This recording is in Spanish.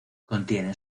contiene